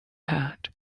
had